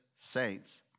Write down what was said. saints